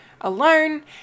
alone